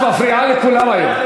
את מפריעה לכולם היום.